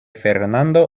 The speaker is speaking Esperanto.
fernando